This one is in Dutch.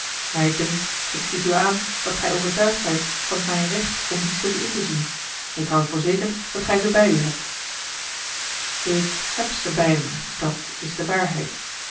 mij dunkt ik zie t u aan dat gij overtuigd zijt van mijn recht om die stukken in te zien ik houd voor zeker dat gij ze bij u hebt a l g bosboom-toussaint de delftsche wonderdokter eel k heb ze bij mij dat is de waarheid